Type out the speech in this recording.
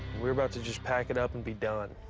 we were about to just pack it up and be done.